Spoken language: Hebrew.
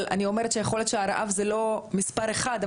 אבל אני אומרת שיכול להיות שהרעב הוא לא מספר 1,